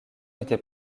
était